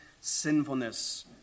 sinfulness